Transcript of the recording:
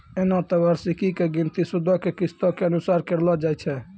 एना त वार्षिकी के गिनती सूदो के किस्तो के अनुसार करलो जाय छै